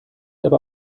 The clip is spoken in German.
aber